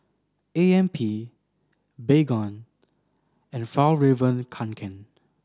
A M P Baygon and Fjallraven Kanken